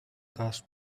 cost